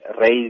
raise